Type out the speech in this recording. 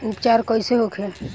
उपचार कईसे होखे?